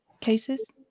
cases